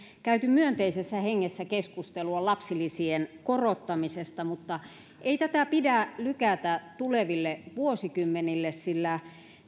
käyty myönteisessä hengessä keskustelua lapsilisien korottamisesta mutta ei tätä pidä lykätä tuleville vuosikymmenille sillä